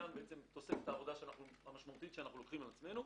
כאן זו תוספת העבודה המשמעותית שאנחנו לוקחים על עצמנו.